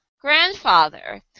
grandfather